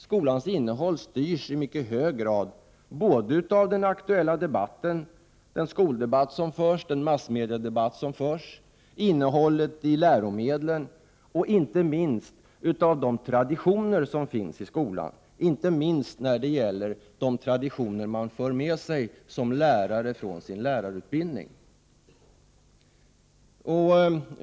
Skolans innehåll styrs i mycket hög grad både av den aktuella skoldebatt som förs, t.ex. massmediedebatten, av innehållet i läromedlen och inte minst av de traditioner som finns i skolan, särskilt de traditioner man för med sig som lärare från sin lärarutbildning.